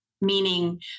meaning